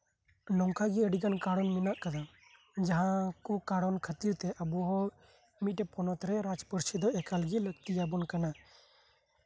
ᱱᱚᱝᱠᱟᱜᱮ ᱟᱹᱰᱤᱜᱟᱱ ᱠᱟᱨᱚᱱ ᱢᱮᱱᱟᱜ ᱠᱟᱫᱟ ᱡᱟᱸᱦᱟ ᱠᱚ ᱠᱟᱨᱚᱱ ᱠᱷᱟᱹᱛᱤᱨᱛᱮ ᱟᱵᱚ ᱢᱤᱫᱴᱟᱱ ᱯᱚᱱᱚᱛᱨᱮ ᱨᱟᱡᱽ ᱯᱟᱹᱨᱥᱤ ᱮᱠᱟᱞᱜᱮ ᱞᱟᱹᱠᱛᱤᱭᱟᱵᱚᱱ ᱠᱟᱱᱟ